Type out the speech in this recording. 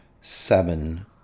seven